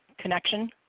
connection